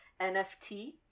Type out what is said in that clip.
NFT